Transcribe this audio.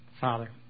Father